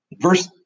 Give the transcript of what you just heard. Verse